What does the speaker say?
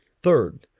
Third